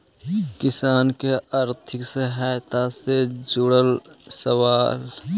किसान के आर्थिक सहायता से जुड़ल सवाल?